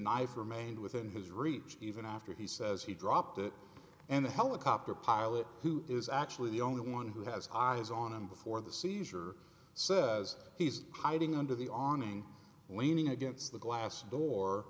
knife remained within his reach even after he says he dropped it and the helicopter pilot who is actually the only one who has eyes on him before the seizure says he's hiding under the awning leaning against the glass door